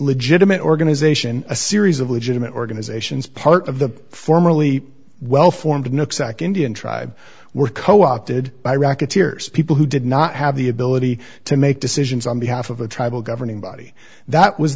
legitimate organization a series of legitimate organizations part of the formerly well formed nook sack indian tribe were co opted by racketeers people who did not have the ability to make decisions on behalf of a tribal governing body that was